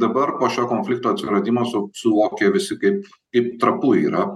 dabar po šio konflikto atsiradimo su suvokė visi kaip kaip trapu yra